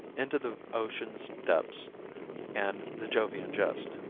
into the ocean's depths and the jovian jest.